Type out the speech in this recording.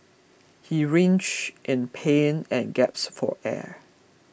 he writhed in pain and gaps for air